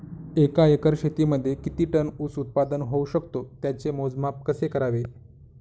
एका एकर शेतीमध्ये किती टन ऊस उत्पादन होऊ शकतो? त्याचे मोजमाप कसे करावे?